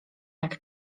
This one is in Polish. jak